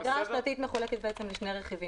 האגרה השנתית מחולקת בעצם לשני רכיבים,